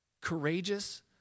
Courageous